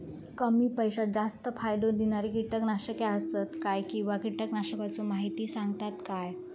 कमी पैशात जास्त फायदो दिणारी किटकनाशके आसत काय किंवा कीटकनाशकाचो माहिती सांगतात काय?